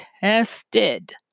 tested